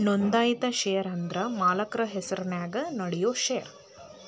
ನೋಂದಾಯಿತ ಷೇರ ಅಂದ್ರ ಮಾಲಕ್ರ ಹೆಸರ್ನ್ಯಾಗ ನೇಡೋ ಷೇರ